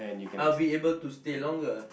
I'll be able to stay longer